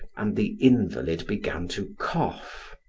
and the invalid began to cough.